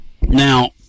Now